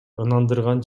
ынандырган